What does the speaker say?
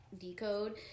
decode